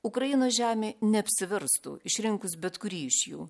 ukrainos žemė neapsiverstų išrinkus bet kurį iš jų